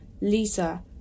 Lisa